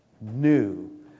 new